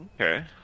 okay